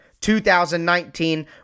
2019